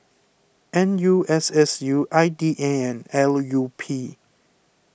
N U S S U I D A and L U P